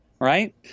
Right